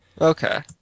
Okay